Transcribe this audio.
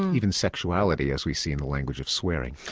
even sexuality, as we see in the language of swearing.